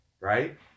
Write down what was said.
Right